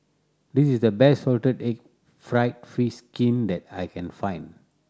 this is the best salted egg fried fish skin that I can find